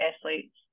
athletes